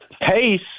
pace